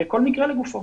כל מקרה לגופו.